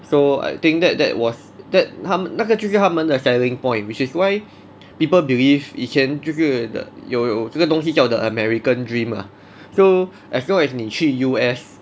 so I think that that was that 他那个就是他们的 selling point which is why people believe 以前就是有有这个东西叫 the american dream ah so as long as 你去 U_S